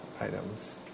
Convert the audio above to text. items